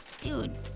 Dude